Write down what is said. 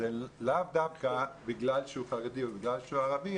לאו דווקא בגלל שהוא חרדי או ערבי,